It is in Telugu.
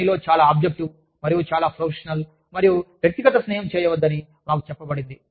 పనిలో చాలా ఆబ్జెక్టివ్ మరియు చాలా ప్రొఫెషనల్ Objective Professional మరియు వ్యక్తిగత స్నేహం చేయవద్దని మాకు చెప్పబడింది